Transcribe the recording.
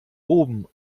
oben